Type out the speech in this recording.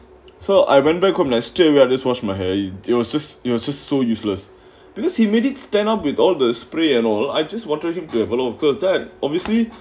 so I went back home nice to I just wash my hair there was just it was just so useless because he made it stand up with all the spray and all I just wanted to give give a lot of curls that obviously